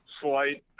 slight